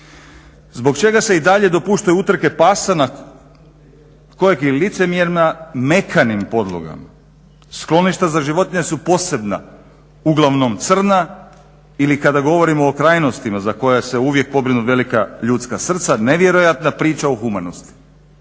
Zbog čega se i dalje dopuštaju utrke pasa, kojeg li licemjerja mekanim podlogama. Skloništa za životinje su posebna uglavnom crna ili kada govorimo o krajnostima za koja se uvijek pobrinu velika ljudska srca, nevjerojatna priča o humanosti.